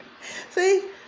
See